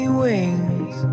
wings